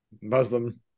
Muslim